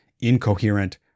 incoherent